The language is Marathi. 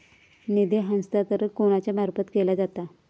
निधी हस्तांतरण कोणाच्या मार्फत केला जाता?